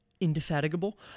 Indefatigable